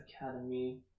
academy